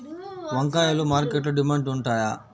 వంకాయలు మార్కెట్లో డిమాండ్ ఉంటాయా?